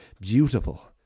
beautiful